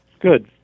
Good